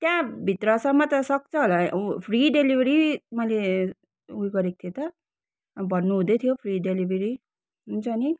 त्यहाँ भित्रसम्म त सक्छ होला उ फ्री डेलिभरी मैले उयो गरेको थिएँ त भन्नुहुँदै थियो फ्री डेलिभरी हुन्छ नि